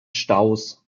staus